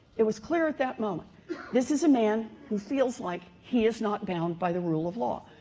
it was clear at that moment this is a man who feels like he is not bound by the rule of law.